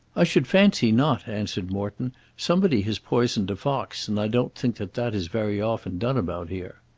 i should fancy not, answered morton. somebody has poisoned a fox, and i don't think that that is very often done about here.